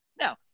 Now